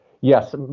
yes